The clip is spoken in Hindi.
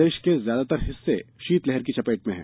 प्रदेश के ज्यादातर हिस्से शीतलहर की चपेट में है